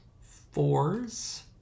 Fours